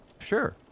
Sure